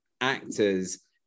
actors